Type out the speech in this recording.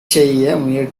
செய்ய